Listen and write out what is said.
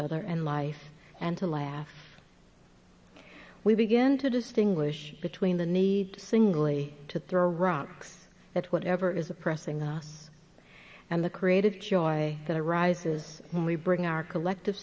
other and life and to laugh we begin to distinguish between the need singly to throw rocks that whatever is oppressing us and the creative joy that arises when we bring our collective